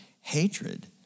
hatred